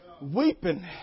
Weeping